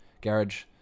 garage